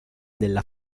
della